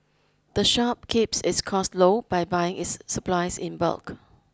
the shop keeps its costs low by buying its supplies in bulk